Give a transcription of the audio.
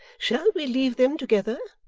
shall we leave them together